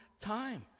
time